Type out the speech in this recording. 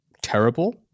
terrible